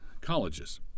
colleges